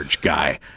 guy